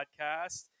podcast